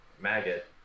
Maggot